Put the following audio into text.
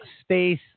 Space